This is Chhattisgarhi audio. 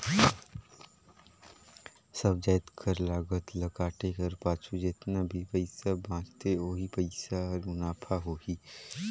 सब जाएत कर लागत ल काटे कर पाछू जेतना भी पइसा बांचथे ओही पइसा हर मुनाफा होही